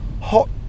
hot